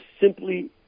simply